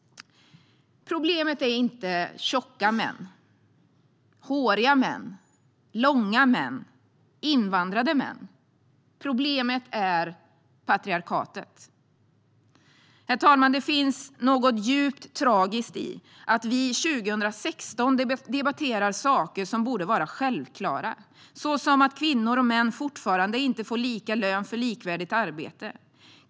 Problemet är inte tjocka män, håriga män, långa män eller invandrade män. Problemet är patriarkatet. Herr talman! Det finns något djupt tragiskt i att vi 2016 debatterar saker som borde vara självklara, som att kvinnor och män fortfarande inte får lika lön för likvärdigt arbete.